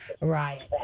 right